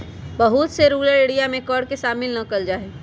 बहुत से rural area में कर के शामिल ना कइल जा हई